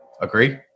Agree